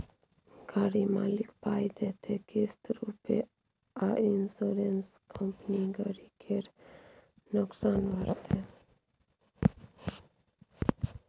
गाड़ी मालिक पाइ देतै किस्त रुपे आ इंश्योरेंस कंपनी गरी केर नोकसान भरतै